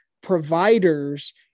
providers